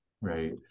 Right